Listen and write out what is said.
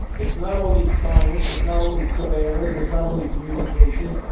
it's not only science. it's not only surveillance. it's not only communication.